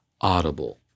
audible